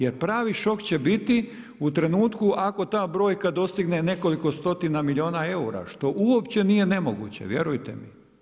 Jer pravi šok će biti u trenutku ako ta brojka dostigne nekoliko stotina milijuna eura, što uopće nije nemoguće, vjerujte mi.